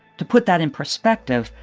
to put that in perspective,